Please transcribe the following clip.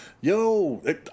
yo